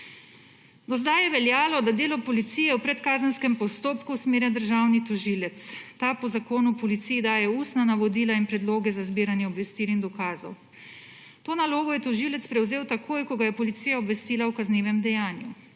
Do zdaj je veljalo, da delo policije v predkazenskem postopku usmerja državni tožilec. Ta po zakonu policiji daje ustna navodila in predloge za zbiranje obvestil in dokazov. To nalogo je tožilec prevzel takoj, ko ga je policija obvestila o kaznivem dejanju.